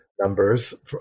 numbers